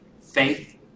faith